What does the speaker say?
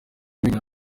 amenyo